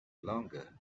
longer